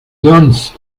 sonst